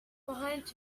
behind